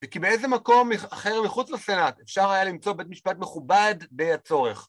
וכי באיזה מקום אחר מחוץ לסנאט אפשר היה למצוא בית משפט מכובד די הצורך.